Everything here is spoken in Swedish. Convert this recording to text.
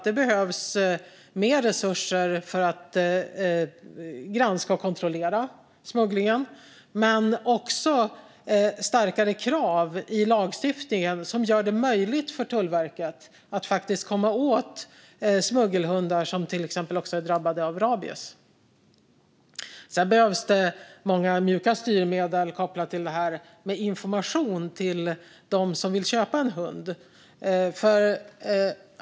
Det behövs mer resurser för att granska och kontrollera smugglingen och starkare krav i lagstiftningen som gör det möjligt för Tullverket att komma åt smuggelhundar som är drabbade av exempelvis rabies. Det behövs också mjuka styrmedel kopplat till detta, till exempel information till dem som vill köpa en hund.